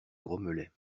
grommelait